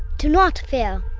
do not fear.